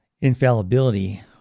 infallibility